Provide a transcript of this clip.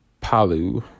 Palu